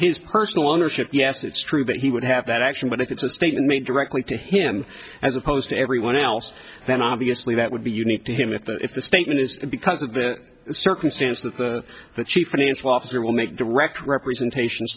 his personal ownership yes it's true that he would have that action but if it's a statement made directly to him as opposed to everyone else then obviously that would be unique to him if the if the statement is because of it circumstance of the chief financial officer will make direct representations